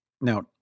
Now